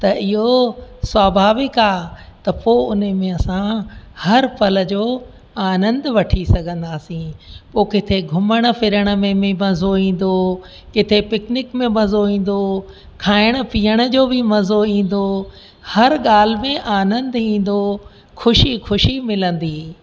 त इहा स्वभाविक आहे त पोइ उन में असां हर पल जो आनंदु वठी सघंदासीं पोइ किथे घुमण फिरण में बि मज़ो ईंदो किथे पिक्निक में मज़ो ईंदो खाइण पीअण जो बि मज़ो ईंदो हर ॻाल्हि में आनंदु ईंदो ख़ुशी ख़ुशी मिलंदी